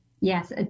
Yes